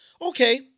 Okay